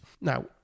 Now